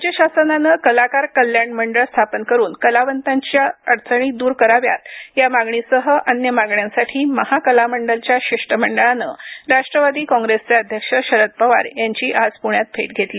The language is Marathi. राज्य शासनानं कलाकार कल्याण मंडळ स्थापन करून कलावंतांची अडचणी द्रर कराव्यात या मागणीसह अन्य मागण्यांसाठी महाकलामंडलच्या शिष्टमंडळानं राष्ट्रवादी काँग्रेसचे अध्यक्ष शरद पवार यांची आज प्ण्यात भेट घेतली